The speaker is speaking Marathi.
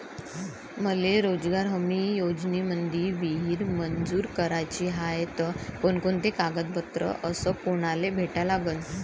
मले रोजगार हमी योजनेमंदी विहीर मंजूर कराची हाये त कोनकोनते कागदपत्र अस कोनाले भेटा लागन?